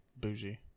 bougie